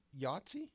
Yahtzee